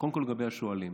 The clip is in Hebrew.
וקודם כול כלפי השואלים.